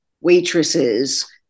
waitresses